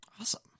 Awesome